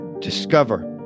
discover